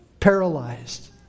Paralyzed